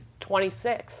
26